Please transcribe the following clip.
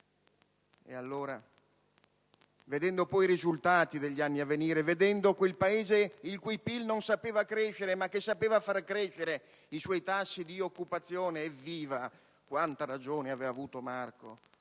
progetti». Vedendo poi i risultati degli anni a venire, osservando quel Paese il cui PIL non sapeva aumentare, ma che sapeva far crescere i suoi tassi di occupazione, ho capito quanta ragione avesse avuto Marco